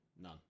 none